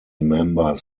members